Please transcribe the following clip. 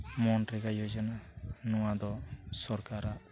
ᱢᱚᱱᱨᱮᱜᱟ ᱡᱳᱡᱚᱱᱟ ᱱᱚᱣᱟᱫᱚ ᱥᱚᱨᱠᱟᱨᱟᱜᱼᱟ